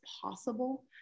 possible